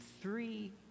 three